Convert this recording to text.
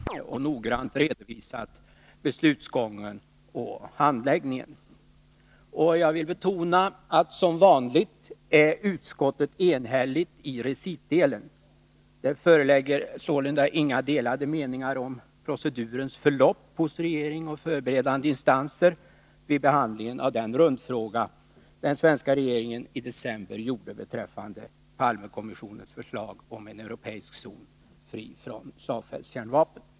Herr talman! Till det ärende som utskottet här har behandlat har, som framgått av vad de övriga talarna sagt, fogats en mycket omfattande dokumentation. Vi har haft utfrågningar med chefen för utrikesdepartementets politiska avdelning, Lennart Eckerberg, med utrikesministern och med statsministern. Dessutom har utrikesdepartementet och statsrådsberedningen försett utskottet med ett stort antal promemorior och noggrant redovisat beslutsgången och handläggningen. Jag vill betona att utskottet som vanligt är enhälligt i recitdelen. Det föreligger sålunda inga delade meningar om procedurens förlopp hos regering och förberedande instanser vid behandlingen av den rundfråga som den svenska regeringen i december gjorde beträffande Palmekommissionens förslag om en europeisk zon fri från slagfältskärnvapen.